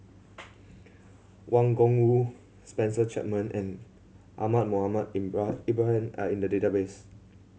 Wang Gungwu Spencer Chapman and Ahmad Mohamed Ibrahim are in the database